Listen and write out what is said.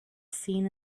seen